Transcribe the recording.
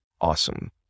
awesome